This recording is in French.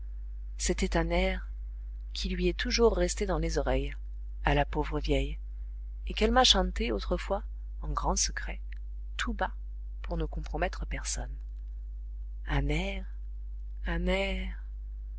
c'était un air qui lui est toujours resté dans les oreilles à la pauvre vieille et qu'elle m'a chanté autrefois en grand secret tout bas pour ne compromettre personne un air un air